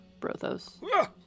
Brothos